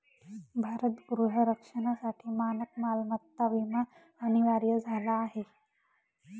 भारत गृह रक्षणासाठी मानक मालमत्ता विमा अनिवार्य झाला आहे